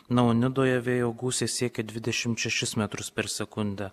na o nidoje vėjo gūsiai siekė dvidešimt šešis metrus per sekundę